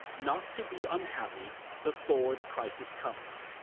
not to be unhappy before the crisis comes,